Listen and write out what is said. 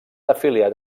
afiliat